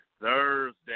Thursday